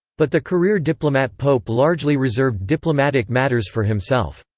but the career-diplomat pope largely reserved diplomatic matters for himself.